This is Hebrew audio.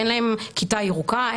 אין להם כיתה ירוקה,